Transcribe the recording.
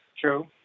True